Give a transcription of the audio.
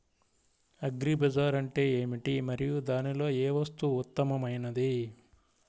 Agri bazaar అంటే ఏమిటి మరియు దానిలో ఏ వస్తువు ఉత్తమమైనది?